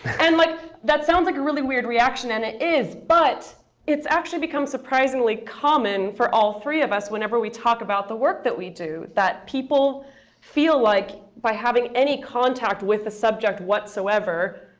and like that sounds like a really weird reaction, and it is. but it's actually become surprisingly common for all three of us, whenever we talk about the work that we do, that people feel like by having any contact with the subject whatsoever,